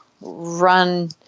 run –